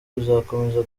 uzakomeza